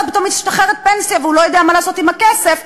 פתאום משתחררת פנסיה והוא לא יודע מה לעשות עם הכסף,